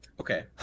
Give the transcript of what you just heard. Okay